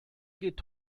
geht